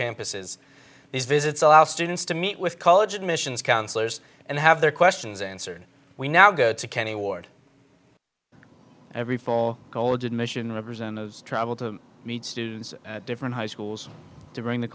campuses these visits allow students to meet with college admissions counselors and have their questions answered we now go to kenny ward every four college admission representatives travel to meet students at different high schools to bring the